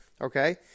okay